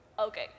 Okay